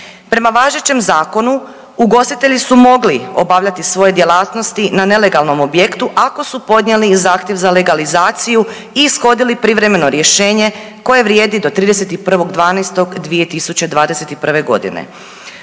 Prema važećem zakonu ugostitelji su mogli obavljati svoje djelatnosti na nelegalnom objektu ako su podnijeli zahtjev za legalizaciju i ishodili privremeno rješenje koje vrijedi do 31.12.2021.g..